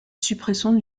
suppression